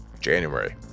January